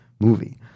movie